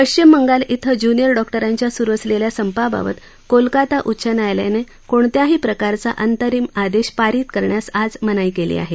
पश्चिमबंगाल छिं ज्युनियर डॉक्टरांच्या सुरु असलेल्या संपाबाबत कोलकाता उच्च न्यायालयानं कोणत्याही प्रकारचा अंतरीम आदेश पारीत करण्यास आज मनाई केली आहे